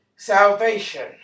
salvation